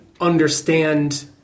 understand